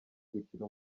gukina